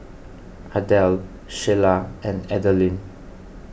Ardelle Shayla and Adalynn